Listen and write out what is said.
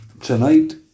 tonight